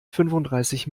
fünfunddreißig